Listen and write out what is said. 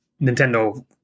nintendo